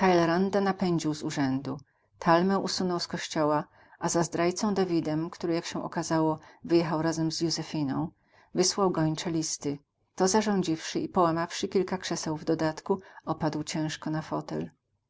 z urzędu talmę usunął z kościoła a za zdrajcą davidem który jak się okazało wyjechał razem z józefiną wysłał gończe listy to zarządziwszy i połamawszy kilka krzeseł w dodatku opadł ciężko na fotel